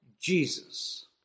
Jesus